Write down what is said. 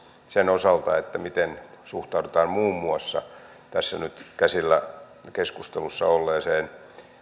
sen osalta miten suhtaudutaan muun muassa tässä nyt käsillä keskustelussa olleeseen